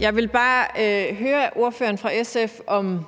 Jeg ville bare høre ordføreren fra SF om